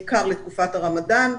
בעיקר לתקופת הרמדאן,